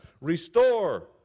restore